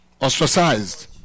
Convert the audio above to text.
ostracized